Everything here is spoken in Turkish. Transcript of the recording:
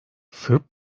sırp